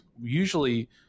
usually